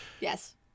Yes